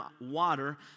water